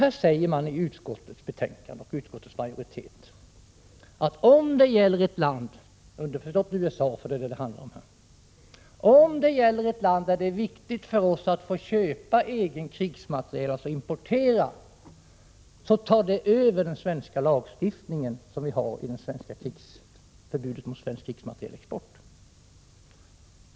Här säger utskottsmajoriteten att om det gäller ett land — underförstått USA, som är vad det handlar om — som det är viktigt för oss att få köpa krigsmateriel från, alltså importera, tar den synpunkten över förbudet i lagstiftningen mot svensk krigsmaterielexport.